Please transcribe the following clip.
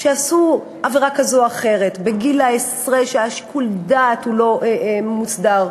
שעשו עבירה כזו או אחרת בגיל העשרה כששיקול הדעת אז הוא לא מסודר.